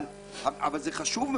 זה חשוב,